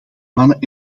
mannen